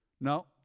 No